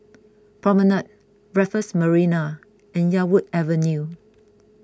Promenade Raffles Marina and Yarwood Avenue